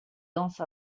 danses